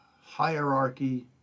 hierarchy